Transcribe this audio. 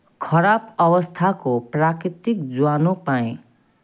खराब अवस्थाको प्राकृतिक ज्वानो पाएँ